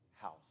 house